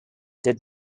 did